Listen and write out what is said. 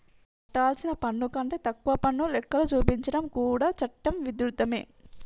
కట్టాల్సిన పన్ను కంటే తక్కువ పన్ను లెక్కలు చూపించడం కూడా చట్ట విరుద్ధమే